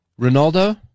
Ronaldo